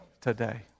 today